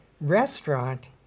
restaurant